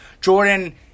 Jordan